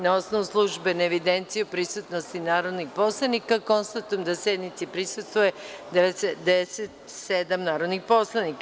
Na osnovu službene evidencije o prisutnosti narodnih poslanika, konstatujem da sednici prisustvuje 97 narodnih poslanika.